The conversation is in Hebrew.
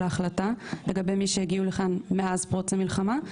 ההחלטה לגבי מי שהגיעו לכאן מאז פרוץ המלחמה.